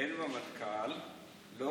אין במטכ"ל לא